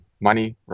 money